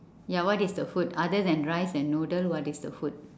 ya what is the food other than rice and noodle what is the food